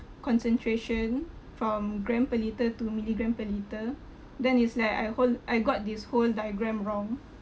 concentration from gram per liter to milligram per liter then is like I whole I got this whole diagram wrong